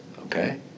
okay